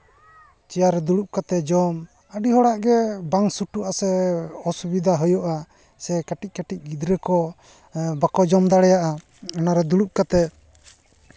chair ᱨᱮ ᱫᱩᱲᱩᱵ ᱠᱟᱛᱮᱫ ᱡᱚᱢ ᱟᱹᱰᱤ ᱦᱚᱲᱟᱜ ᱜᱮ ᱵᱟᱝ ᱥᱩᱴᱩᱜ ᱟᱥᱮ ᱚᱥᱩᱵᱤᱫᱷᱟ ᱦᱩᱭᱩᱜᱼᱟ ᱥᱮ ᱠᱟᱹᱴᱤᱡᱼᱠᱟᱹᱴᱤᱡ ᱜᱤᱫᱽᱨᱟᱹ ᱠᱚ ᱵᱟᱠᱚ ᱡᱚᱢ ᱫᱟᱲᱮᱭᱟᱜᱼᱟ ᱚᱱᱟᱨᱮ ᱫᱩᱲᱩᱵ ᱠᱟᱛᱮᱫ